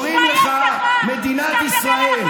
קוראים לך מדינת ישראל.